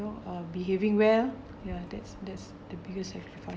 know uh behaving well ya that's that's the biggest sacrifice